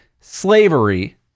slavery